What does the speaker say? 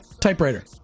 typewriter